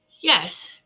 Yes